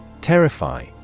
Terrify